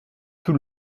tout